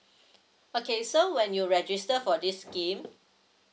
okay so when you register for this scheme